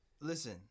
listen